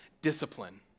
discipline